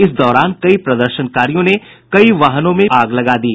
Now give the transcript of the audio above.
इस दौरान कई प्रदर्शनकारियों ने कई वाहनों में भी आग लगा दी